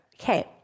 Okay